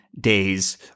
day's